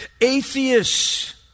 Atheists